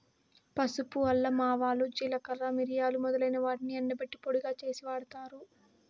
పసుపు, అల్లం, ఆవాలు, జీలకర్ర, మిరియాలు మొదలైన వాటిని ఎండబెట్టి పొడిగా చేసి వాడతారు